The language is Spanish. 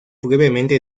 brevemente